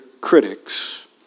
critics